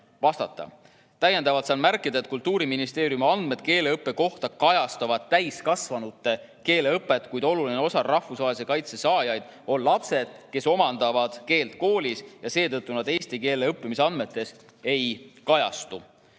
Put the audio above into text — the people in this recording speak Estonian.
vastata. Täiendavalt saan märkida, et Kultuuriministeeriumi andmed keeleõppe kohta kajastavad täiskasvanute keeleõpet, kuid oluline osa rahvusvahelise kaitse saajatest on lapsed, kes omandavad keelt koolis ja seetõttu nad eesti keele õppimise andmetes ei kajastu.